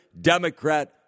Democrat